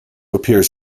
appears